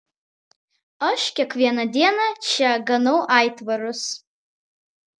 aš kiekvieną dieną čia ganau aitvarus